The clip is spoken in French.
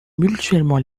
mutuellement